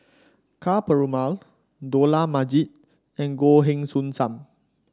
Ka Perumal Dollah Majid and Goh Heng Soon Sam